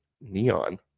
neon